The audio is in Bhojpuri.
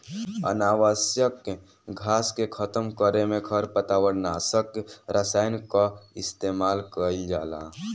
अनावश्यक घास के खतम करे में खरपतवार नाशक रसायन कअ इस्तेमाल कइल जाला